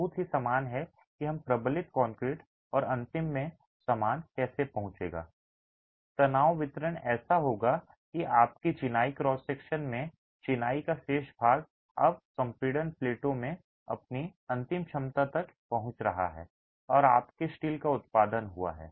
बहुत ही समान है कि हम प्रबलित कंक्रीट और अंतिम में समान कैसे पहुंचेंगे तनाव वितरण ऐसा होगा कि आपकी चिनाई क्रॉस सेक्शन में चिनाई का शेष भाग अब संपीड़न प्लेटों में अपनी अंतिम क्षमता तक पहुंच रहा है और आपके स्टील का उत्पादन हुआ है